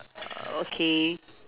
okay